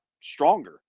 stronger